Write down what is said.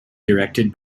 directed